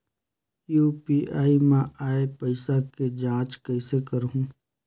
UPI मा आय पइसा के जांच कइसे करहूं?